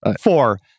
Four